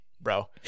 bro